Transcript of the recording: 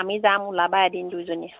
আমি যাম ওলাবা এদিন দুইজনীয়ে